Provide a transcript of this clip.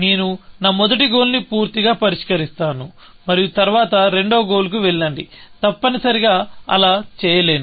నేను నా మొదటి గోల్ని పూర్తిగా పరిష్కరిస్తాను మరియు తరువాత రెండవ గోల్ కు వెళ్లండి తప్పనిసరిగా అలా చేయలేను